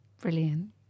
Brilliant